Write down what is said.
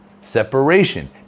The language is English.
separation